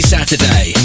Saturday